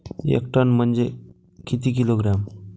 एक टन म्हनजे किती किलोग्रॅम?